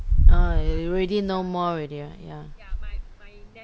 ah you already no more already right ya